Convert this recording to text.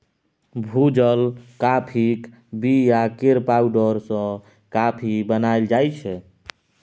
भुजल काँफीक बीया केर पाउडर सँ कॉफी बनाएल जाइ छै